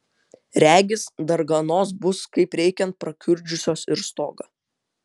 regis darganos bus kaip reikiant prakiurdžiusios ir stogą